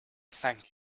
thank